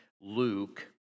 Luke